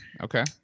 okay